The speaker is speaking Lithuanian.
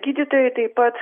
ai gydytojai taip pat